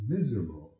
Miserable